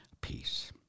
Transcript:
peace